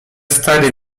stary